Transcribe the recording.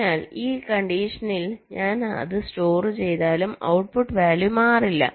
അതിനാൽ ഈ കണ്ടിഷനിൽ ഞാൻ അത് സ്റ്റോർ ചെയ്താലും ഔട്ട്പുട്ട് വാല്യൂ മാറില്ല